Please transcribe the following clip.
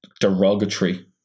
derogatory